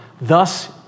thus